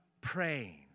praying